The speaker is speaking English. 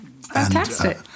fantastic